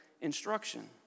instruction